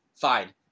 fine